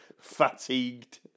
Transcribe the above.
fatigued